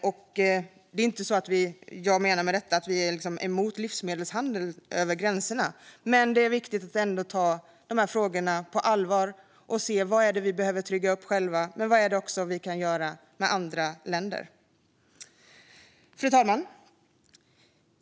Med detta menar jag inte att vi är emot livsmedelshandel över gränserna, men det är viktigt att ta de här frågorna på allvar och se vad det är vi behöver trygga själva och vad vi kan göra tillsammans med andra länder. Fru talman!